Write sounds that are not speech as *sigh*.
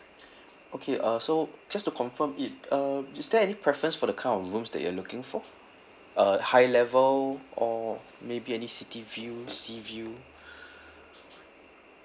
*breath* okay uh so just to confirm it uh is there any preference for the kind of rooms that you are looking for uh high level or maybe any city view sea view *breath*